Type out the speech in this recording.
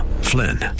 Flynn